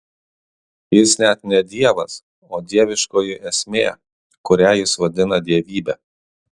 jis net ne dievas o dieviškoji esmė kurią jis vadina dievybe